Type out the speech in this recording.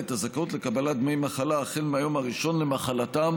את הזכאות לקבלת דמי מחלה החל מהיום הראשון למחלתם,